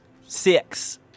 Six